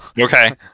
Okay